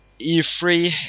E3